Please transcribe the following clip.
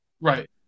right